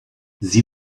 sie